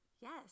Yes